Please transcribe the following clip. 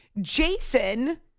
Jason